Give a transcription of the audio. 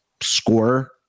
scorer